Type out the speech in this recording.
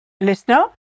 Listener